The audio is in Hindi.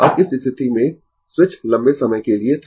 अब इस स्थिति में स्विच लंबे समय के लिए था